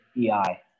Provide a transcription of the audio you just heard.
AI